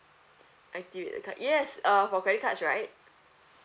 activate the card yes err for credit cards right